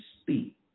speak